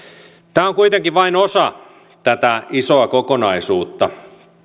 tämä on kuitenkin vain osa tätä isoa kokonaisuutta